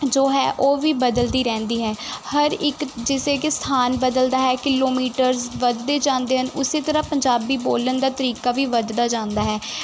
ਜੋ ਹੈ ਉਹ ਵੀ ਬਦਲਦੀ ਰਹਿੰਦੀ ਹੈ ਹਰ ਇੱਕ ਜਿਸੇ ਕਿ ਸਥਾਨ ਬਦਲਦਾ ਹੈ ਕਿਲੋਮੀਟਰਜ ਵੱਧਦੇ ਜਾਂਦੇ ਹਨ ਉਸ ਤਰ੍ਹਾਂ ਪੰਜਾਬੀ ਬੋਲਣ ਦਾ ਤਰੀਕਾ ਵੀ ਵੱਧਦਾ ਜਾਂਦਾ ਹੈ